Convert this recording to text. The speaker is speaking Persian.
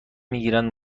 میگیرند